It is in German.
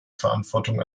verantwortung